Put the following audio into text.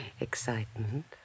Excitement